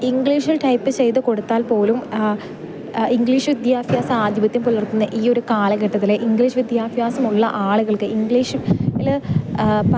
ഇംഗ്ലീഷിൽ ടൈപ്പ് ചെയ്ത് കൊടുത്താൽ പോലും ആ ഇംഗ്ലീഷ് വിദ്യാഭ്യാസാധിപത്യം പുലർത്തുന്ന ഈ ഒരു കാലഘട്ടത്തിലെ ഇംഗ്ലീഷ് വിദ്യാഭ്യാസമുള്ള ആളുകൾക്ക് ഇംഗ്ലീഷ് ല് പറ